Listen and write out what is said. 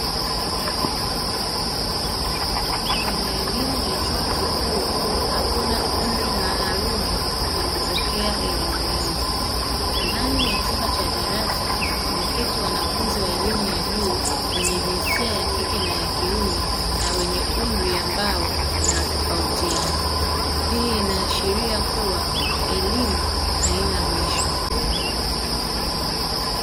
Kwenye elimu ya chuo kikuu hakuna umri maalumu wa kupokea elimu hio. Ndani ya chumba cha darasa wameketi wanafunzi wa elimu ya juu wenye jinsia ya kike na ya kiume na wenye umri ambao unatofautiana. Hii inaashiria kua elimu haina mwisho.